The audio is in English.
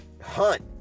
Hunt